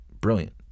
brilliant